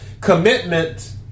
commitment